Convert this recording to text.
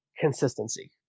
consistency